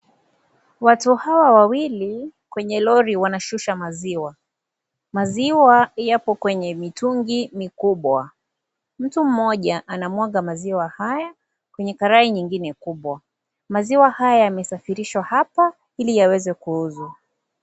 Watu hawa wawili kwenye lori wanashusha maziwa. Maziwa yapo kwenye mitungi mikubwa. Mtu mmoja anamwaga maziwa haya kwenye karai nyingine kubwa. Maziwa haya yamesafirishwa hapa ili yaweze kuuzwa.